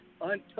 untouched